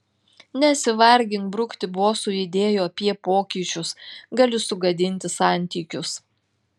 nesivargink brukti bosui idėjų apie pokyčius gali sugadinti santykius